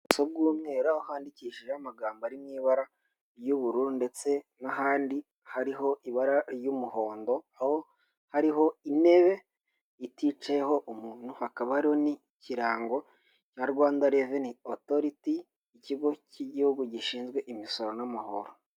Ubuso bw'umweru, aho handikishijeho amagambo ari mu ibara ry'ubururu, ndetse n'ahandi hariho ibara ry'umuhondo, aho hariho intebe iticayeho umuntu, hakaba hari n'ikirango cya Rwanda Revenue Authority ikigo cy'igihugu, gishinzwe imisoro n'amahoro.